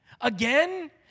again